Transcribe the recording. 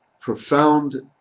profound